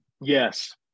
yes